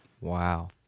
Wow